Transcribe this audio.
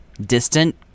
distant